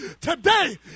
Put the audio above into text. today